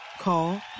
Call